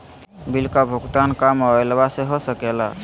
Bill का भुगतान का मोबाइलवा से हो सके ला?